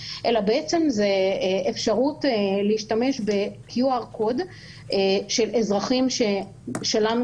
אלא זו אפשרות להשתמש ב-QR Code של אזרחים שלנו